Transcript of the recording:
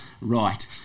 Right